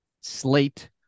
slate